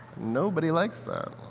nobody likes them.